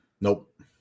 Nope